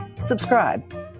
subscribe